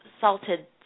salted